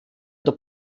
oder